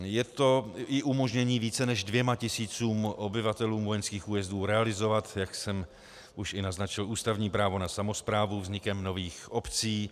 Je to i umožnění více než dvěma tisícům obyvatel vojenských újezdů realizovat, jak jsem už naznačil, ústavní právo na samosprávu vznikem nových obcí.